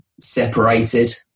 separated